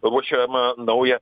ruošiamą naują